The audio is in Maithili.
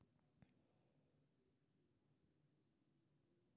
मुहाना बंद पानिक जल स्रोत छियै